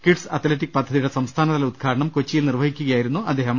kids athletic പദ്ധതിയുടെ സംസ്ഥാനതല ഉദ്ഘാടനം കൊച്ചിയിൽ നിർവഹിക്കുക യായിരുന്നു അദ്ദേഹം